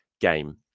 game